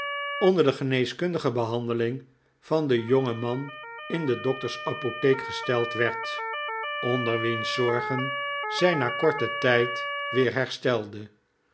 onder de geneeskundige behandeling van den jongen man in de dokters apotheek gesteld werd onder wiens zorgen zij na korten tijd weer herstelde